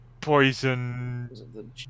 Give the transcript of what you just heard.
poison